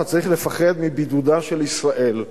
אתה צריך לפחד מבידודה של ישראל,